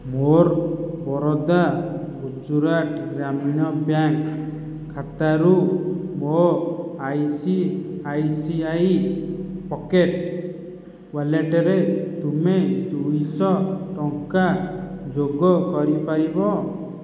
ମୋର୍ Baroda Gujarat Gramin bank ଖାତାରୁ ମୋ' ICICI pocket ୱାଲେଟରେ ତୁମେ ଦୁଇଶ ଟଙ୍କା ଯୋଗ କରିପାରିବ